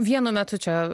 vienu metu čia